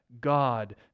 God